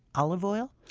olive oil?